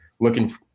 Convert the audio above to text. looking